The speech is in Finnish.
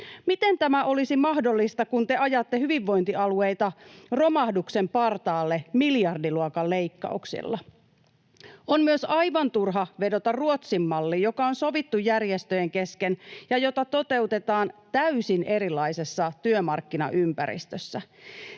Miten tämä olisi mahdollista, kun te ajatte hyvinvointialueita romahduksen partaalle miljardiluokan leikkauksilla? On myös aivan turha vedota Ruotsin malliin, joka on sovittu järjestöjen kesken ja jota toteutetaan täysin erilaisessa työmarkkinaympäristössä.